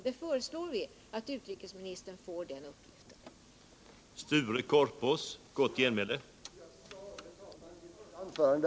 Vi föreslår att utrikesministern får denna uppgift.